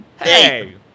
Hey